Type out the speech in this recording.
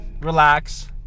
Relax